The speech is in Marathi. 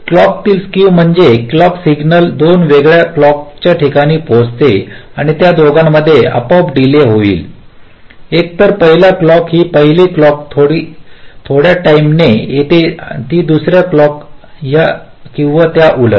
क्लॉकतील स्केव म्हणजे क्लॉक सिग्नल दोन वेगवेगळ्या क्लॉकच्या ठिकाणी पोचतो आणि त्या दोघांमध्ये आपोआप डीले होईल एकतर पहिले क्लॉक ही पहिली क्लॉक थोड्या टाईमने येते की दुसरे क्लॉक किंवा त्याउलट